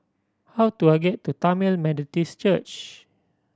how do I get to Tamil Methodist Church